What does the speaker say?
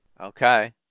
Okay